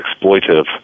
exploitive